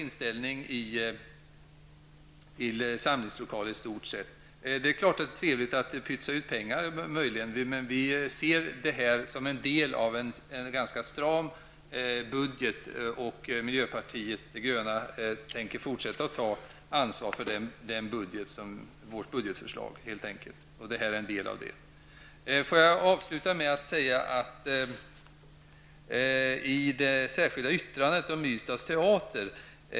Naturligtvis är det trevligt att pytsa ut pengar, men vi ser detta som en del av en ganska stram budget. Miljöpartiet de gröna tänker fortsätta att ta ansvar för sitt budgetförslag, och detta är en del av det. Får jag avsluta med att säga något om det särskilda yttrandet om Ystads teater.